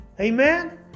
Amen